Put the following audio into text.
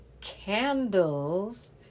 Candles